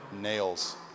nails